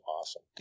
awesome